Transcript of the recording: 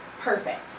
perfect